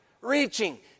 reaching